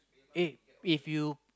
eh if you